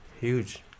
huge